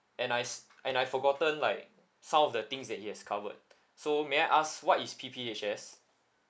and I s~ and I forgotten like some of the things that he has covered so may I ask what is P_P_H_S